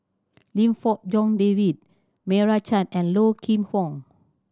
Lim Fong Jock David Meira Chand and Low Kim Pong